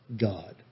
God